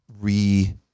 re